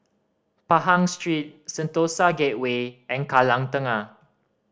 Pahang Street Sentosa Gateway and Kallang Tengah